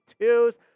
twos